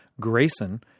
Grayson